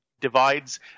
divides